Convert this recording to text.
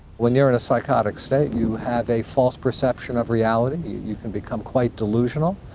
when you're in a psychotic state, you have a false perception of reality, you can become quite delusional,